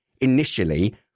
initially